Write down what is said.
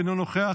אינו נוכח,